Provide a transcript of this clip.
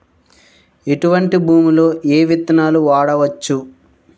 ఎటువంటి భూమిలో ఏ విత్తనాలు వాడవచ్చు?